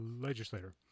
legislator